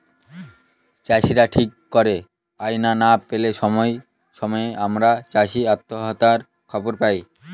চাষীরা ঠিক করে আয় না পেলে সময়ে সময়ে আমরা চাষী আত্মহত্যার খবর পায়